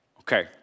Okay